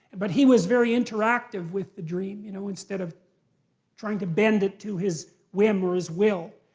but he was very interactive with the dream, you know, instead of trying to bend it to his whim or his will.